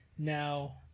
Now